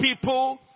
people